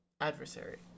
adversary